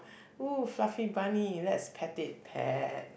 ooh fluffy bunny let's pet it pet